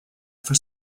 for